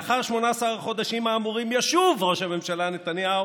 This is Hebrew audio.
לאחר 18 החודשים האמורים ישוב ראש הממשלה נתניהו